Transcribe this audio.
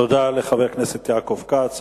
תודה לחבר הכנסת יעקב כץ.